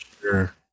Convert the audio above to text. sure